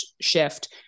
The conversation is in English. shift